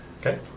Okay